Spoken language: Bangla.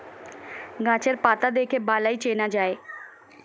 গাছের পাতা দেখে বালাই চেনা যায়